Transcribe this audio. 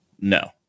No